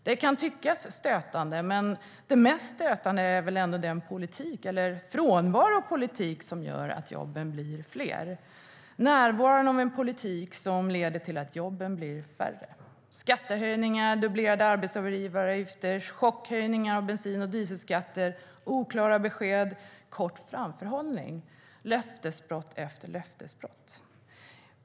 Detta kan tyckas stötande, men det mest stötande är väl ändå frånvaron av politik som gör att jobben blir fler och närvaron av en politik som leder till att jobben blir färre: skattehöjningar, dubblerade arbetsgivaravgifter, chockhöjningar av bensin och dieselskatter, oklara besked och kort framförhållning - löftesbrott efter löftesbrott.